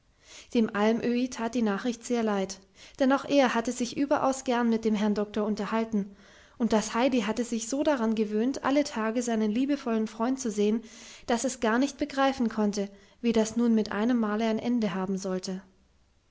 dem almöhi tat die nachricht sehr leid denn auch er hatte sich überaus gern mit dem herrn doktor unterhalten und das heidi hatte sich so daran gewöhnt alle tage seinen liebevollen freund zu sehen daß es gar nicht begreifen konnte wie das nun mit einem male ein ende nehmen sollte